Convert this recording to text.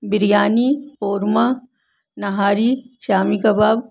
biryani korma nihari shami کباب